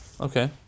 Okay